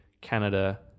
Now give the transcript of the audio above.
Canada